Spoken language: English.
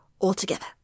altogether